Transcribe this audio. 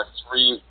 three